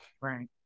Right